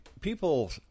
people